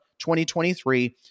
2023